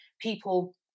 people